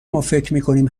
مافکرمیکنیم